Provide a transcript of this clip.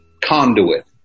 conduit